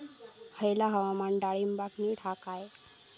हयला हवामान डाळींबाक नीट हा काय?